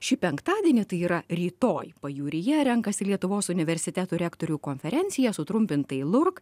šį penktadienį tai yra rytoj pajūryje renkasi lietuvos universitetų rektorių konferencija sutrumpintai lurk